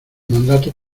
mandato